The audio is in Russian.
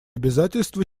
обязательства